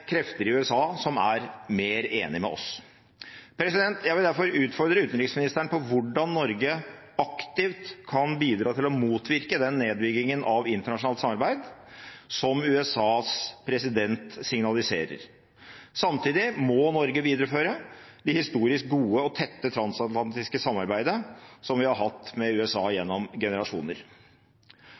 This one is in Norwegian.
krefter i USA som er mer enige med oss. Jeg vil derfor utfordre utenriksministeren på hvordan Norge aktivt kan bidra til å motvirke den nedbyggingen av internasjonalt samarbeid som USAs president signaliserer. Samtidig må Norge videreføre det historisk gode og tette transatlantiske samarbeidet som vi har hatt med USA gjennom generasjoner.